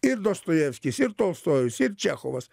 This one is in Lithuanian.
ir dostojevskis ir tolstojus ir čechovas